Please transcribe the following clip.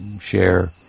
share